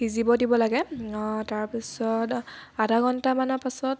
সিজিব দিব লাগে তাৰপিছত আধা ঘণ্টামানৰ পিছত